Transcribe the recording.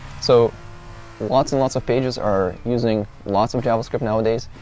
so lots and lots of pages are using lots of javascript nowadays.